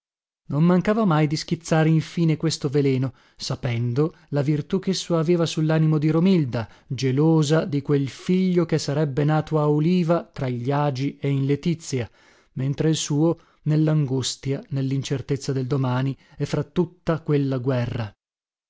non mancava mai di schizzare in fine questo veleno sapendo la virtù chesso aveva sullanimo di romilda gelosa di quel figlio che sarebbe nato a oliva tra gli agi e in letizia mentre il suo nellangustia nellincertezza del domani e fra tutta quella guerra